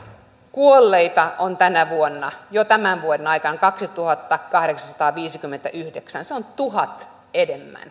kuolleita on tänä vuonna jo tämän vuoden aikana kaksituhattakahdeksansataaviisikymmentäyhdeksän se on tuhat enemmän